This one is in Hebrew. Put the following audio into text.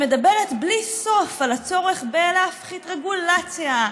שמדברת בלי סוף על הצורך בלהפחית רגולציה,